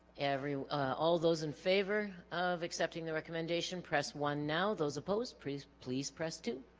every all those in favor of accepting the recommendation press one now those opposed please please press two